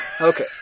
Okay